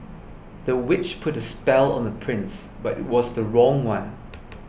the witch put a spell on the prince but it was the wrong one